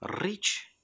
rich